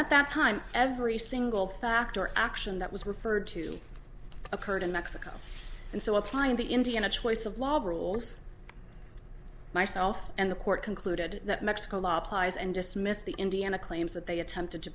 at that time every single factor action that was referred to occurred in mexico and so applying the indiana choice of lot of rules myself and the court concluded that mexico law applies and dismissed the indiana claims that they attempted to